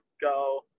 go